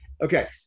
Okay